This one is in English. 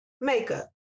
Makeup